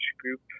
group